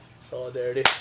Solidarity